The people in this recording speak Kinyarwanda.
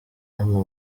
hano